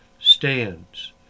stands